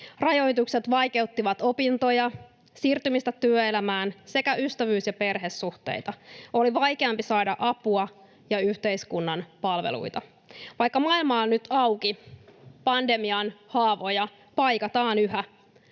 Rajoitukset vaikeuttivat opintoja, siirtymistä työelämään sekä ystävyys- ja perhesuhteita. Oli vaikeampi saada apua ja yhteiskunnan palveluita. Vaikka maailma on nyt auki, pandemian haavoja paikataan yhä.